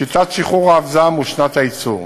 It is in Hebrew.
שיטת שחרור האבזם ושנת הייצור.